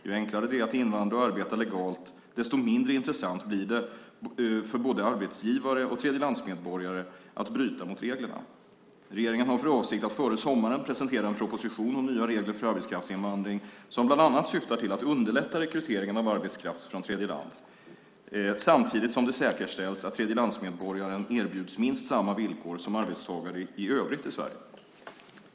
Ju enklare det är att invandra och arbeta legalt desto mindre intressant blir det för både arbetsgivare och tredjelandsmedborgare att bryta mot reglerna. Regeringen har för avsikt att före sommaren presentera en proposition om nya regler för arbetskraftsinvandring som bland annat syftar till att underlätta rekryteringen av arbetskraft från tredjeland, samtidigt som det säkerställs att tredjelandsmedborgaren erbjuds minst samma villkor som arbetstagare i övrigt i Sverige.